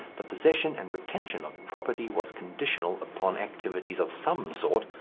the possession and retention of property was conditional upon activities of some sort,